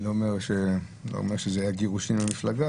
אני לא אומר שזה היה גירושין מהמפלגה